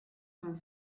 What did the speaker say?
vingt